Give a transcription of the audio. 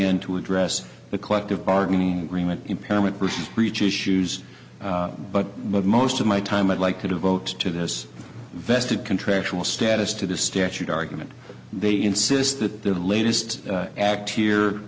end to address the collective bargaining agreement impairment vs breach issues but most of my time i'd like to devote to this vested contractual status to the statute argument they insist that their latest act here